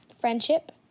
friendship